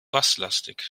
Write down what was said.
basslastig